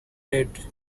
dead